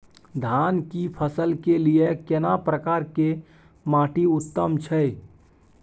धान की फसल के लिये केना प्रकार के माटी उत्तम छै?